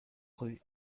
rue